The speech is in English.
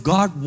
God